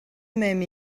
même